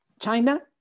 China